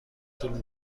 طول